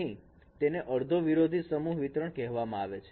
અહીં તેને અડધો વિરોધી સમૂહ વિતરણ કહેવામાં આવે છે